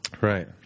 Right